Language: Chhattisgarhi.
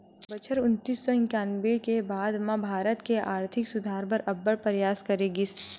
बछर उन्नीस सौ इंकानबे के बाद म भारत के आरथिक सुधार बर अब्बड़ परयास करे गिस